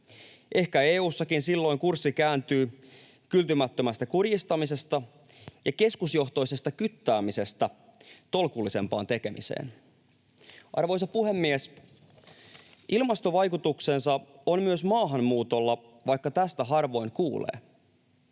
Ehkä EU:ssakin silloin kurssi kääntyy kyltymättömästä kurjistamisesta ja keskusjohtoisesta kyttäämisestä tolkullisempaan tekemiseen. Arvoisa puhemies! Ilmastovaikutuksensa on myös maahanmuutolla, vaikka tästä harvoin kuulee.